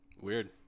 Weird